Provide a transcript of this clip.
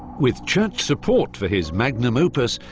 with church support for his magnum opus,